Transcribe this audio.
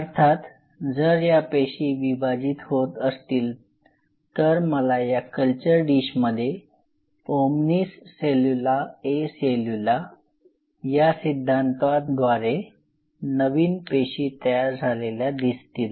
अर्थात जर ह्या पेशी विभाजित होत असतील तर मला या कल्चर डिशमध्ये "ओमनिस सेल्युला ए सेल्युला" "omnis celulla e cellula" या सिद्धांताद्वारे नवीन पेशी तयार झालेल्या दिसतील